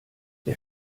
der